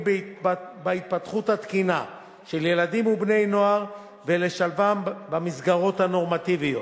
בהתפתחות התקינה של ילדים ובני-נוער ולשלבם במסגרות הנורמטיביות.